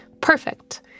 Perfect